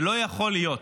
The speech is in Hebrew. ולא יכול להיות,